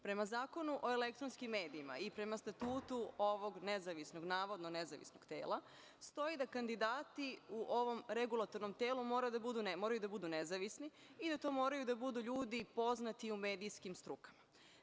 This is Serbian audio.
Prema Zakonu o elektronskim medijima i prema Statutu ovog navodno nezavisnog tela, stoji da kandidati u ovom regulatornom telu moraju da budu nezavisni i to moraju da budu ljudi poznati u medijskim strukama.